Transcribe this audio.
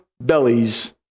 bellies